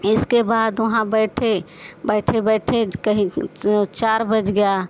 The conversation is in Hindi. इसके बाद वहाँ बैठे बैठे बैठे कहीं चार बज गया